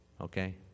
Okay